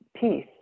peace